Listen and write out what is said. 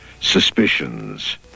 suspicions